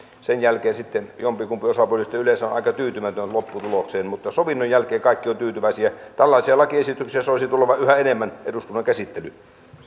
sen jälkeen sitten jompikumpi osapuolista yleensä on aika tyytymätön lopputulokseen mutta sovinnon jälkeen kaikki ovat tyytyväisiä tällaisia lakiesityksiä soisi tulevan yhä enemmän eduskunnan käsittelyyn